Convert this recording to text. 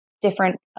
different